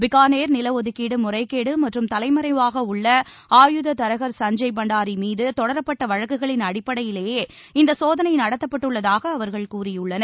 பிக்கானேர் நிலஒதுக்கீடுமுறைகேடுமற்றும் தலைமறைவாகஉள்ள ஆயுதத் தரகர் சஞ்சய் பண்டாரிமீதுதொடரப்பட்டவழக்குகளின் அடிப்படையிலேயே இந்தசோதனைநடத்தப்பட்டுள்ளதாகஅவர்கள் கூறியுள்ளனர்